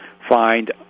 find